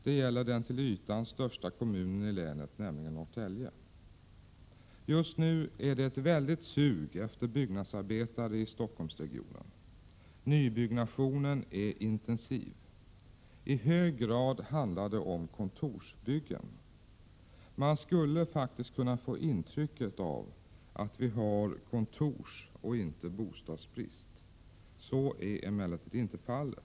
Det gäller den till ytan största kommunen i länet, nämligen Norrtälje. Just nu är det ett väldigt sug efter byggnadsarbetare i Stockholmsregionen. Nybyggnationen är intensiv. I hög grad handlar det om kontorsbyggen. Man skulle faktiskt kunna få intrycket att vi har kontorsoch inte bostadsbrist. Så är emellertid inte fallet.